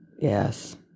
Yes